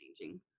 changing